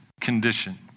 condition